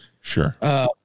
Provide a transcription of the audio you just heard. Sure